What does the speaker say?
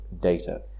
data